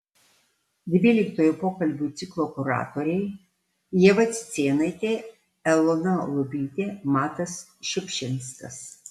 dvyliktojo pokalbių ciklo kuratoriai ieva cicėnaitė elona lubytė matas šiupšinskas